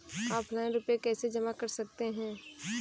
Offline रुपये कैसे जमा कर सकते हैं?